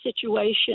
situation